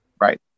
Right